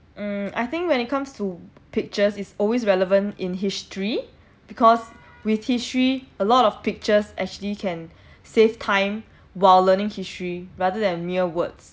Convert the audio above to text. hmm I think when it comes to pictures is always relevant in history because with history a lot of pictures actually can save time while learning history rather than mere words